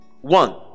One